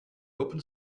open